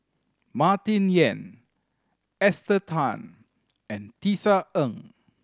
Martin Yan Esther Tan and Tisa Ng